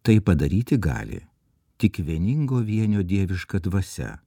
tai padaryti gali tik vieningo vienio dieviška dvasia